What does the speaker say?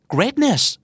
Greatness